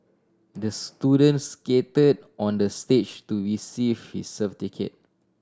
the student skated on the stage to receive his certificate